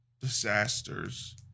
disasters